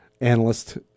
analyst